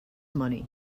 money